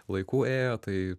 laikų ėjo tai